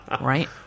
right